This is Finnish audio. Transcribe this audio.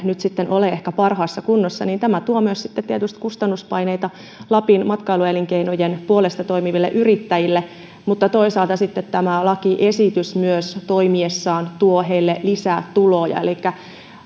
nyt sitten ole ehkä parhaassa kunnossa tuo nyt sitten myös kustannuspaineita lapin matkailuelinkeinojen puolesta toimiville yrittäjille toisaalta sitten tämä lakiesitys toimiessaan tuo heille myös lisää tuloja elikkä